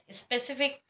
specific